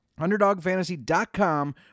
Underdogfantasy.com